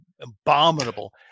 abominable